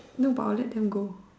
no but I'll let them go